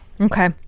okay